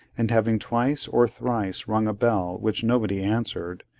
and having twice or thrice rung a bell which nobody answered,